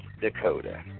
Dakota